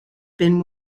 been